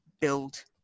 build